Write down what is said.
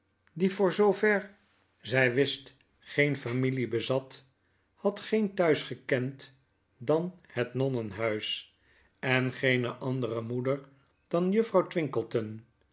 die voorzoo ver zy wist geen familie bezat had geen thuis gekend dan netnonnenhuis en geene andere moeder dan juffrouw